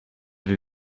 vais